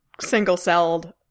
single-celled